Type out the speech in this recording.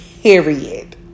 period